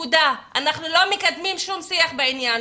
אנחנו לא מקדמים שום שיח בעניין.